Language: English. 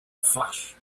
flash